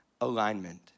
alignment